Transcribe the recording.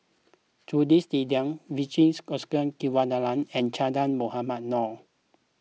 Jules Itier Vijesh Ashok Ghariwala and Che Dah Mohamed Noor